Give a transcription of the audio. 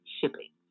shipping